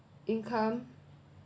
Income